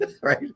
right